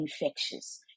infectious